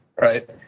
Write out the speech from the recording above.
right